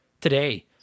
today